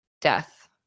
death